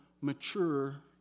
mature